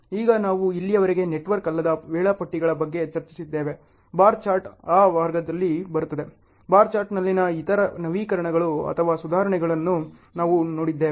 ಈಗ ನಾವು ಇಲ್ಲಿಯವರೆಗೆ ನೆಟ್ವರ್ಕ್ ಅಲ್ಲದ ವೇಳಾಪಟ್ಟಿಗಳ ಬಗ್ಗೆ ಚರ್ಚಿಸಿದ್ದೇವೆ ಬಾರ್ ಚಾರ್ಟ್ ಆ ವರ್ಗದಲ್ಲಿ ಬರುತ್ತದೆ ಬಾರ್ ಚಾರ್ಟ್ನಲ್ಲಿನ ಇತರ ನವೀಕರಣಗಳು ಅಥವಾ ಸುಧಾರಣೆಗಳನ್ನು ನಾವು ನೋಡಿದ್ದೇವೆ